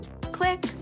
Click